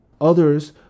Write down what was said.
Others